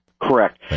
Correct